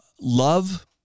love